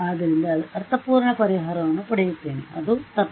ಆದ್ದರಿಂದ ಅರ್ಥಪೂರ್ಣ ಪರಿಹಾರವನ್ನು ಪಡೆಯುತ್ತೇನೆ ಅದು ತರ್ಕ